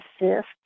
assist